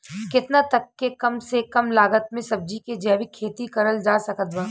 केतना तक के कम से कम लागत मे सब्जी के जैविक खेती करल जा सकत बा?